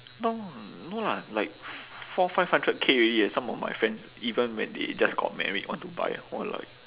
no no lah like four five hundred K already leh some of my friends even when they just got married want to buy !wah! like